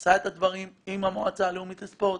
עשה את הדברים עם המועצה הלאומית לספורט,